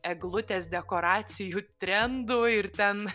eglutės dekoracijų trendų ir ten